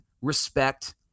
respect